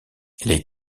les